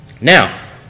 Now